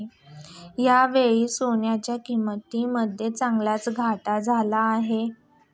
यावेळी सोन्याच्या किंमतीमध्ये चांगलीच घट झाली आहे